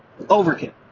overkill